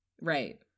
right